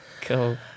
Cool